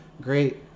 Great